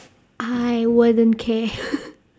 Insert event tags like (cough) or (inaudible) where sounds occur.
I wouldn't care (laughs)